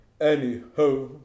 Anyhow